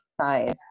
size